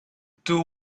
two